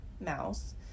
mouse